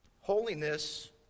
Holiness